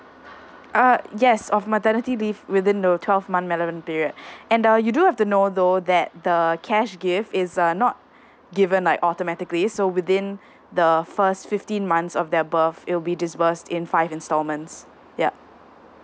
uh yes of maternity leave within the twelve month relevant period and uh you do have to know though that the cash gift is uh not given like automatically so within the first fifteen months of date of birth it'll be disbursed in five instalments yup